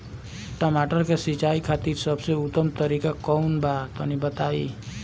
टमाटर के सिंचाई खातिर सबसे उत्तम तरीका कौंन बा तनि बताई?